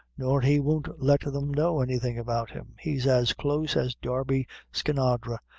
nor he won't let them know anything about him. he's as close as darby skinadre,